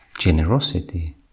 generosity